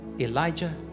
Elijah